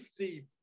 50